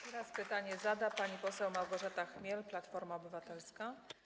Teraz pytanie zada pani poseł Małgorzata Chmiel, Platforma Obywatelska.